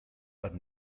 are